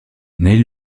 neil